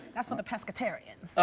that's for the pescatarians.